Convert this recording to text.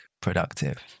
productive